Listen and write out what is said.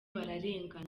bararengana